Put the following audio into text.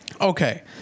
okay